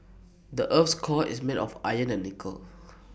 the Earth's core is made of iron and nickel